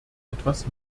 etwas